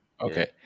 okay